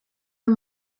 den